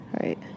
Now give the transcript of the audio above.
Right